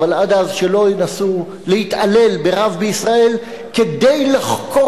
אבל עד אז שלא ינסו להתעלל ברב בישראל כדי לחקור